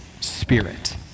spirit